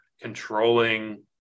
controlling